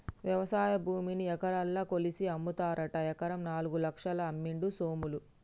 వ్యవసాయ భూమిని ఎకరాలల్ల కొలిషి అమ్ముతారట ఎకరం నాలుగు లక్షలకు అమ్మిండు సోములు